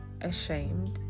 ashamed